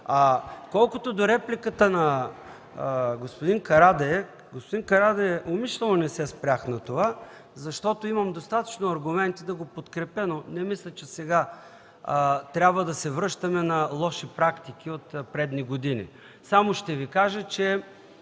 Колкото до репликата на господин Карадайъ. Господин Карадайъ, умишлено не се спрях на това. Имам достатъчно аргументи да го подкрепя, но не мисля, че сега трябва да се връщаме на лоши практики от предни години. Само ще Ви кажа, че